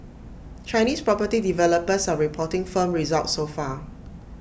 Chinese property developers are reporting firm results so far